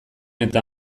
eta